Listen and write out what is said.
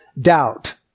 doubt